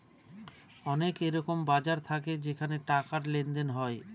অনেক এরকম বাজার থাকে যেখানে টাকার লেনদেন হয়